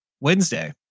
Wednesday